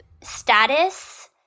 status